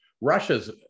Russia's